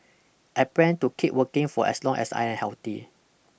I plan to keep working for as long as I am healthy